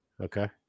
Okay